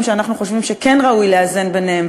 שאנחנו חושבים שכן ראוי לאזן ביניהם,